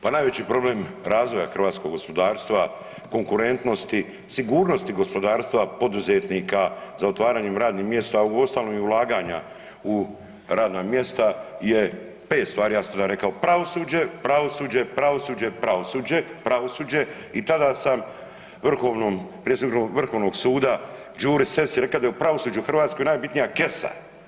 Pa najveći problem razvoja hrvatskog gospodarstva, konkurentnosti, sigurnosti gospodarstva, poduzetnika za otvaranje radnih mjesta, a uostalom i ulaganja u radna mjesta je 5 stvari jasno rekao kao pravosuđe, pravosuđe, pravosuđe, pravosuđe i pravosuđe i tada sam predsjedniku Vrhovnog suda Đuri Sessi rekao da je u pravosuđu u Hrvatskoj najbitnija kesa.